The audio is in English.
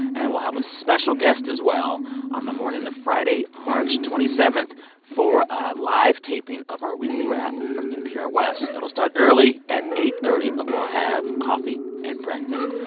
and we'll have a special guest, as well on the morning of friday, march twenty seven for a live taping of our weekly wrap from npr west. it'll start early at eight thirty, but we'll have coffee and breakfast.